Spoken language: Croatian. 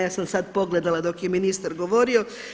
Ja sam sad pogledala dok je ministar govorio.